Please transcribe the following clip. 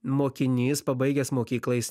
mokinys pabaigęs mokyklą jis